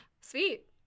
Sweet